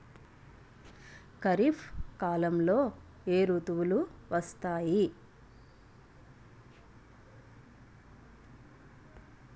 ఖరిఫ్ కాలంలో ఏ ఋతువులు వస్తాయి?